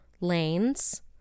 lanes